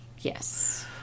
yes